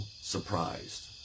surprised